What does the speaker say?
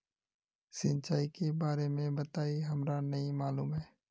सिंचाई के बारे में बताई हमरा नय मालूम है?